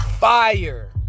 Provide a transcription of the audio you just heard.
Fire